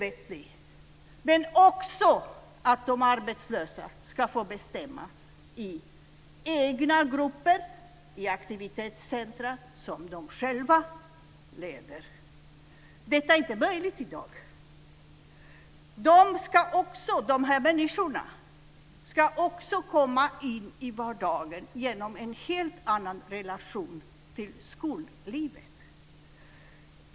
Men det innebär också att de arbetslösa ska få bestämma i egna grupper, i aktivitetscenter som de själva leder. Detta är inte möjligt i dag. Dessa människor ska också komma in i vardagen genom en helt annan relation till skollivet.